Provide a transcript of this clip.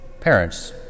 Parents